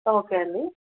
okay అండి